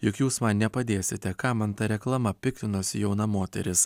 juk jūs man nepadėsite kam man ta reklama piktinosi jauna moteris